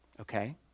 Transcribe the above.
okay